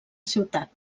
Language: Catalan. ciutat